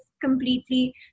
completely